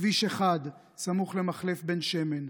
בכביש 1 סמוך למחלף בן שמן.